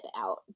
out